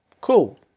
Cool